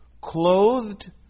clothed